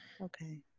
okay